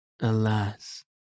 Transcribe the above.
Alas